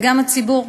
וגם הציבור,